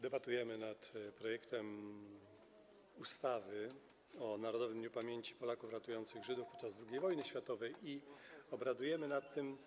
Debatujemy nad projektem ustawy o Narodowym Dniu Pamięci Polaków ratujących Żydów podczas II wojny światowej i obradujemy nad tym